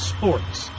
Sports